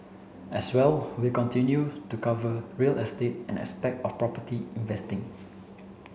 as well we continue to cover real estate and aspect of property investing